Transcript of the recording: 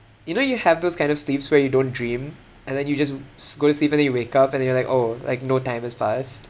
you know you have those kind of sleeps where you don't dream and then you just s~ go to sleep and then you wake up and then you're like orh like no time has passed